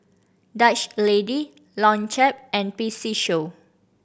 Dutch Lady Longchamp and P C Show